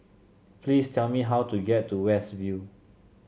please tell me how to get to West View